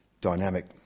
dynamic